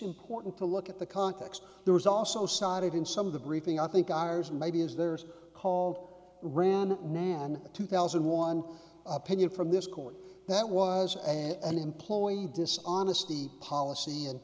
important to look at the context there was also cited in some of the briefing i think ours maybe is theirs called random man two thousand one opinion from this court that was an employee dishonesty policy and